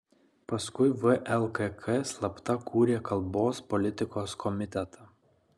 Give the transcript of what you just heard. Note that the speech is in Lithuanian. paskui vlkk slapta kūrė kalbos politikos komitetą